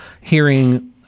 hearing